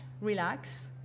relax